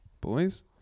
Boys